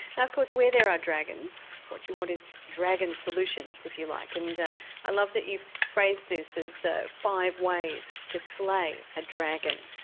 now of course where there are dragons what you want is dragon solutions if you like, and i love that you've phrased this as ah five ways to slay a dragon.